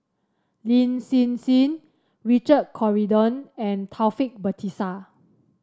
Lin Hsin Hsin Richard Corridon and Taufik Batisah